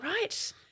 Right